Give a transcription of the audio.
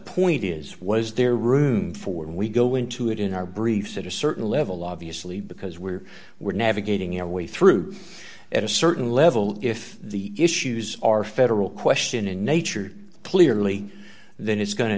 point is was there room for when we go into it in our briefs at a certain level obviously because we're we're navigating our way through at a certain level if the issues are federal question in nature clearly then it's going to